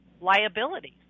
Liabilities